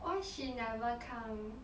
why she never come